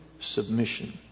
submission